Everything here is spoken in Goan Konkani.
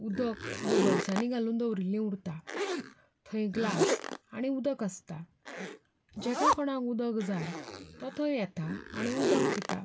उदक बबल्सांनी घालून दवरिल्लें उरता थंय ग्लास आनी उदक आसता जाका कोणाक उदक जाय तो थंय येता आनी उदक पिता